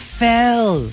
fell